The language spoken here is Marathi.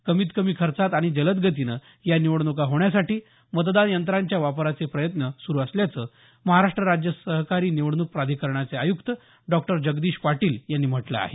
कमीत कमी खर्चात आणि जलद गतीनं या निवडणुका होण्यासाठी मतदान यंत्रांच्या वापराचे प्रयत्न सुरू असल्याचं महाराष्ट्र राज्य सहकारी निवडणूक प्राधिकरणाचे आयुक्त डॉक्टर जगदीश पाटील यांनी म्हटलं आहे